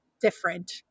different